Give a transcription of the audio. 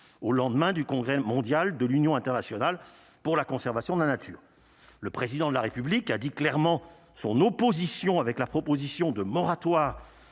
au lendemain du congrès mondial de l'Union internationale pour la conservation de la nature, le président de la République a dit clairement son opposition avec la proposition de moratoire